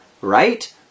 Right